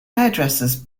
hairdressers